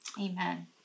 amen